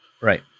right